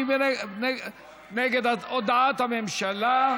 מי נגד הודעת הממשלה?